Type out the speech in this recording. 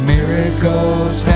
Miracles